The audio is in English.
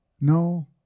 No